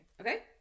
Okay